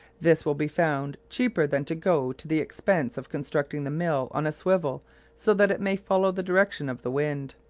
this will be found cheaper than to go to the expense of constructing the mill on a swivel so that it may follow the direction of the wind.